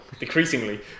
decreasingly